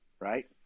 right